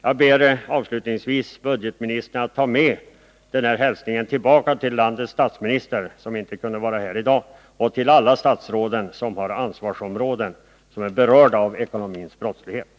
Jag ber avslutningsvis budgetministern att ta med den här hälsningen tillbaka till landets statsminister, som inte kunde vara här i dag, och till alla de statsråd som har ansvarsområden som är berörda av den ekonomiska brottsligheten.